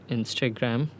Instagram